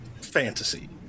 fantasy